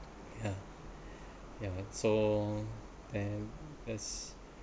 ya ya so then yes